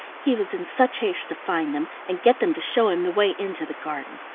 he was in such haste to find them and get them to show him the way into the garden.